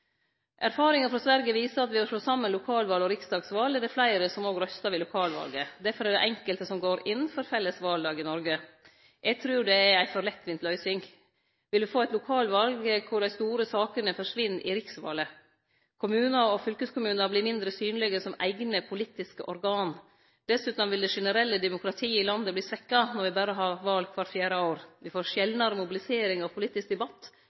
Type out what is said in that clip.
frå Sverige viser at ved å slå saman lokalval og riksdagsval er det fleire som òg røystar ved lokalvalet. Difor er det også enkelte som går inn for felles valdag i Noreg. Eg trur det er ei for lettvinn løysing. Me vil få eit lokalval der dei lokale sakene forsvinn i riksvalet. Kommunane og fylkeskommunane vil verte mindre synlege som eigne politiske organ. Dessutan vil det generelle demokratiet i landet verte svekt når me berre har val kvart fjerde år. Me får sjeldnare mobilisering av politisk debatt